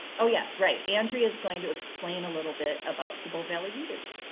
oh yeah right. andrea's going to explain a little bit about the bow valley readers.